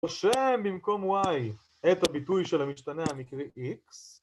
רושם במקום y את הביטוי של המשתנה המקרי x